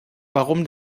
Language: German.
warum